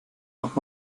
noch